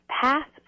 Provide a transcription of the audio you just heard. path